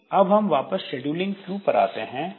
अब हम वापस शेड्यूलिंग क्यू पर आते हैं